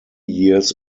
years